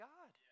God